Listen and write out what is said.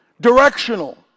directional